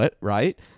right